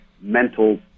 mental